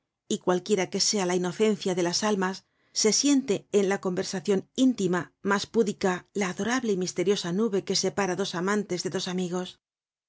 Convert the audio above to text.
y cualquiera que sea la inocencia de las almas se siente en la conversacion íntima mas púdica la adorable y misteriosa nube que separa dos amantes de dos amigos se